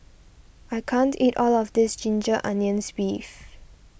I can't eat all of this Ginger Onions Beef